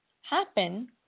happen